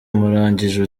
murangije